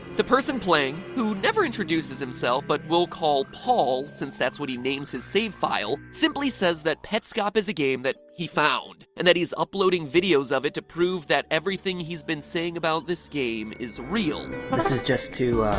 the person playing, who never introduces himself, but we'll call paul, since that's what he names his save file, simply says that petscop is a game that he found and that he's uploading videos of it to prove that everything, he's been saying about this game, is real. paul this is just to,